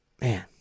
Man